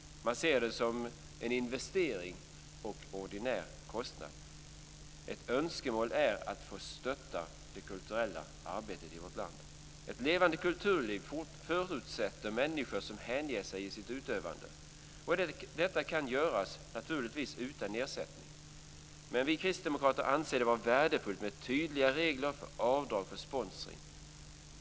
Man ser det som en investering och som en ordinär kostnad. Det är ett önskemål att få stödja det kulturella arbetet i vårt land. Ett levande kulturliv förutsätter människor som ger sig hän i sitt utövande. Och detta kan naturligtvis göras utan ersättning. Men vi kristdemokrater anser att det vore värdefullt med tydliga regler för avdrag för sponsring.